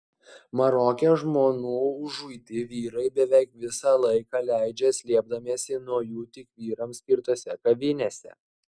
maroke žmonų užuiti vyrai beveik visą laiką leidžia slėpdamiesi nuo jų tik vyrams skirtose kavinėse